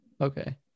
okay